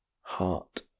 heart